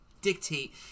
dictate